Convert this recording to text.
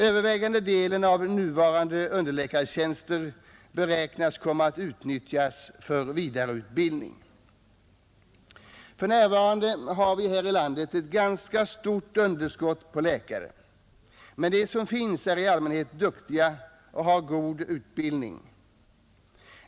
Övervägande delen av nuvarande underläkartjänster beräknas komma att utnyttjas för vidareutbildning. För närvarande har vi här i landet ett ganska stort underskott på läkare, men de som finns är i allmänhet duktiga och har en god utbildning.